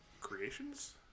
creations